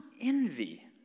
envy